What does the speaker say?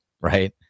right